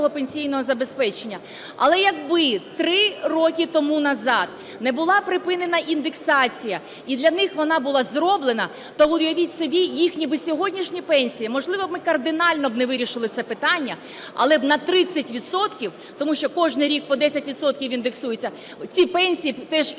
Але якби 3 роки тому назад не була припинена індексація і для них вона була зроблена, то уявіть собі їхні сьогоднішні пенсії. Можливо, ми б кардинально не вирішили це питання, але б на 30 відсотків, тому що кожний рік по 10 відсотків індексується, ці пенсії теж індексувалися